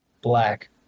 Black